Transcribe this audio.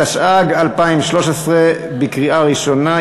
התשע"ג 2013, לקריאה ראשונה.